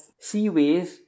seaways